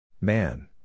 Man